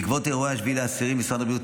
בעקבות אירועי 7 באוקטובר משרד הבריאות